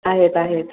आहेत आहेत